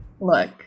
look